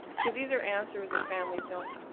because these are answers that families don't,